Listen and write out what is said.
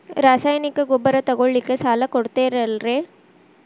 ರಾಸಾಯನಿಕ ಗೊಬ್ಬರ ತಗೊಳ್ಳಿಕ್ಕೆ ಸಾಲ ಕೊಡ್ತೇರಲ್ರೇ?